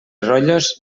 rotllos